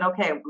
Okay